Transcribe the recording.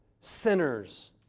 sinners